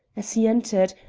as he entered,